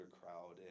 crowd